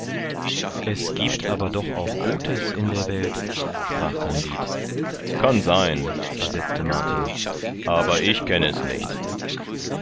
es giebt aber doch auch gutes in der welt sprach kandid kann sein versetzte martin aber ich kenn es nicht